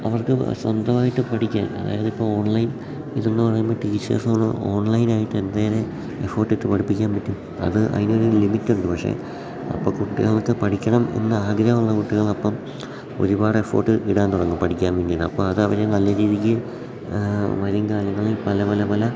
അവർക്ക് സ്വന്തമായിട്ട് പഠിക്കാൻ അതായത് ഇപ്പം ഓൺലൈൻ ഇതെന്ന് പറയുമ്പോൾ ടീച്ചേഴ്സൊന്നു ഓൺലൈനായിട്ട് എന്തെങ്കിലും എഫേർട്ട് ഇട്ട് പഠിപ്പിക്കാൻ പറ്റും അത് അതിനൊരു ലിമിറ്റ് ഉണ്ട് പക്ഷേ അപ്പം കുട്ടികൾക്ക് പഠിക്കണം എന്ന ആഗ്രഹമുള്ള കുട്ടികൾ അപ്പം ഒരുപാട് എഫർട്ട് ഇടാൻ തുടങ്ങും പഠിക്കാൻ വേണ്ടിയിട്ട് അപ്പം അതവർ നല്ല രീതിക്ക് വരും കാലങ്ങളിൽ പല പല പല